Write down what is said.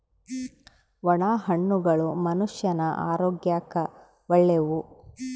ಒಣ ಹಣ್ಣುಗಳು ಮನುಷ್ಯನ ಆರೋಗ್ಯಕ್ಕ ಒಳ್ಳೆವು